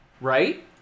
right